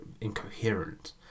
incoherent